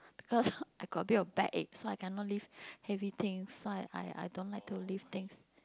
cause I got a bit of backache so I cannot lift heavy things so I I don't like to lift things